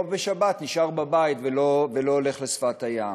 או בשבת נשאר בבית ולא הולך לשפת הים.